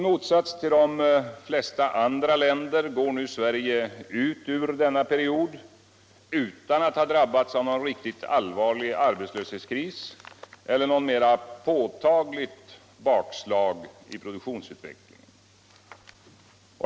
I motsats till de flesta andra länder går nu Sverige ut ur denna period utan att ha drabbats av någon riktigt allvarlig arbetslöshetskris eller något mera påtagligt bakslag i produktionsutvecklingen.